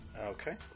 Okay